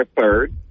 third